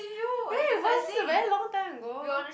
ya was this is a very long time ago